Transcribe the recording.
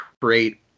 create